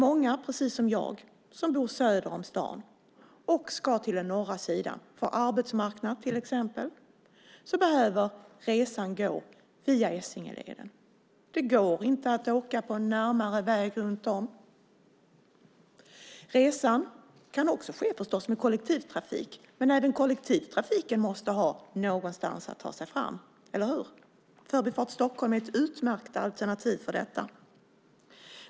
Många bor, precis som jag, söder om stan och ska till den norra sidan, till exempel till arbetet. Då måste resan gå via Essingeleden. Det går inte att åka en närmare väg runt om. Resan kan förstås också göras med kollektivtrafik, men även kollektivtrafiken måste ha någonstans att ta sig fram, eller hur? Förbifart Stockholm är ett utmärkt alternativ för detta.